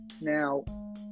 Now